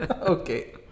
Okay